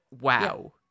wow